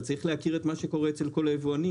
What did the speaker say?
אתה צריך להכיר מה קורה אצל כל היבואנים.